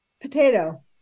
potato